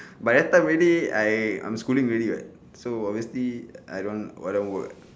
by that time already I I'm schooling already [what] so obviously I don't want don't want work